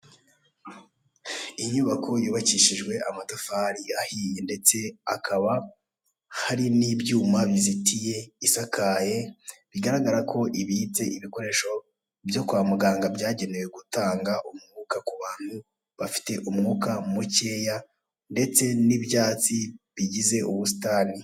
Inyubako yubakishijwe amatafari ayihe, ndetse akaba hari n'ibyuma bizitiye, isakaye, bigaragara ko ibitse ibikoresho byo kwa muganga byagenewe gutanga umwuka ku bantu bafite umwuka mukeya, ndetse n'ibyatsi bigize ubusitani.